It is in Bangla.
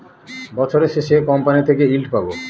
বছরের শেষে কোম্পানি থেকে ইল্ড পাবো